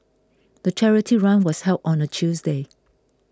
the charity run was held on a Tuesday